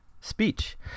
speech